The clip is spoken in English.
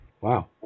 wow